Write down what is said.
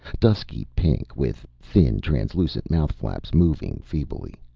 dusky pink, with thin, translucent mouth-flaps moving feebly.